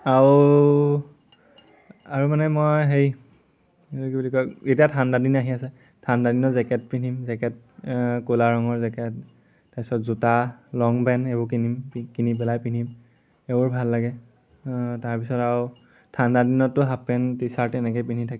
আৰু মানে মই হেৰি কি বুলি কয় এতিয়া ঠাণ্ডাদিন আহি আছে ঠাণ্ডাদিনত জেকেট পিন্ধিম জেকেট ক'লা ৰঙৰ জেকেট তাৰপিছত জোতা লং পেণ্ট এইবোৰ কিনিম কিনি পেলাই পিন্ধিম এইবোৰ ভাল লাগে তাৰপিছত আও ঠাণ্ডা দিনততো হাফপেণ্ট টি চাৰ্ট এনেকে পিন্ধি থাকে